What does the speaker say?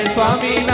Swami